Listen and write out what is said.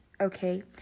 okay